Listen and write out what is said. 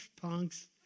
punks